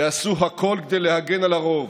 יעשו הכול כדי להגן על הרוב